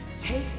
take